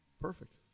perfect